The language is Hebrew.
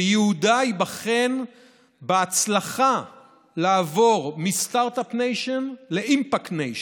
וייעודה ייבחן בהצלחה לעבור מסטרטאפ ניישן לאימפקט ניישן,